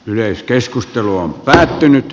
yleiskeskustelu on päättynyt